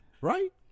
Right